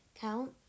count